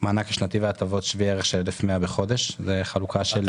מענק שנתי והטבות שווה ערך ל-1,100 בחודש --- איך?